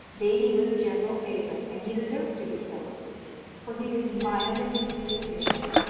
baby was a general favourite, and he deserved to be so for he was mild in his disposition,